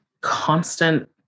constant